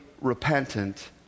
repentant